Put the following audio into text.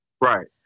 Right